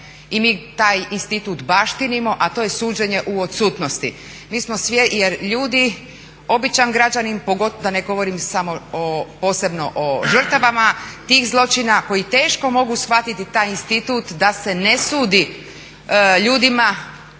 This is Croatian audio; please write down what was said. i mi taj institut baštinimo a to je suđenje u odsutnosti. Jer ljudi, običan građanin, pogotovo, da ne govorim samo o žrtvama tih zločina koji teško mogu shvatiti taj institut da se ne sudi ljudima